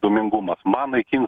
dūmingumas man naikins